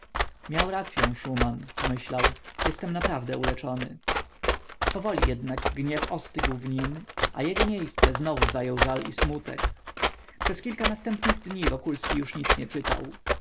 miał racyą szuman pomyślał jestem naprawdę uleczony powoli jednak gniew ostygł w nim a jego miejsce znowu zajął żal i smutek przez kilka następnych dni wokulski już nic nie czytał